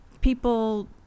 people